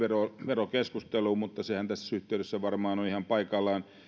verokeskusteluun mutta sehän tässä yhteydessä varmaan on ihan paikallaan